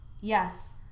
Yes